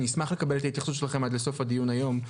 אשמח את ההתייחסות שלכם עד לסוף הדיון היום.